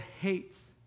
hates